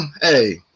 hey